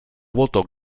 volto